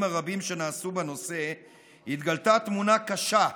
הרבים שנעשו בנושא התגלתה תמונה קשה,